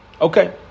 Okay